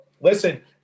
listen